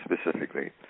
specifically